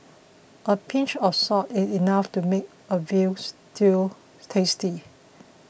a pinch of salt is enough to make a Veal Stew tasty